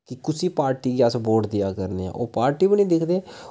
कि कुसै पार्टी गी अस वोट देआ करने आं ओह् पार्टी बी नेईं दिखदे